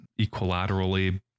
equilaterally